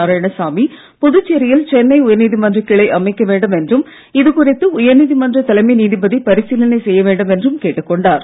நாராயணசாமி புதுச்சேரியில் சென்னை உயர்நீதி மன்ற கிளை அமைக்க வேண்டும் என்றும் இது குறித்து உயர்நீதி மன்ற தலைமை நீதிபதி பரிசீலனை செய்ய வேண்டும் என்றும் கேட்டுக் கொண்டார்